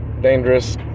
dangerous